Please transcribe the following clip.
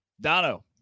Dono